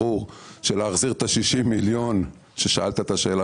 ברור שלהחזיר את ה-60 מיליון ששאלת את השאלה